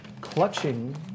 clutching